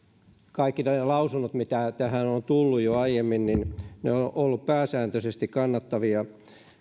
nämä lausunnot mitä tähän on tullut jo aiemmin ovat olleet pääsääntöisesti kannattavia